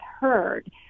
heard